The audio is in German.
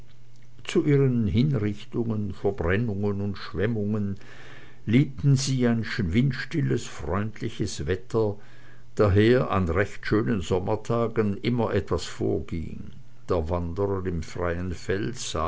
zu ihren hinrichtungen verbrennungen und schwemmungen liebten sie ein windstilles freundliches wetter daher an recht schönen sommertagen immer etwas vorging der wanderer im fernen felde